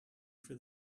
for